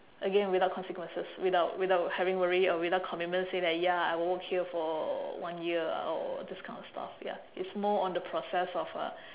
again without consequences without without having worry or without commitment say that ya I will work here for one year or this kind of stuff ya it's more on the process of uh